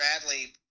Bradley